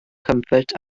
comfort